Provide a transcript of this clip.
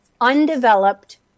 undeveloped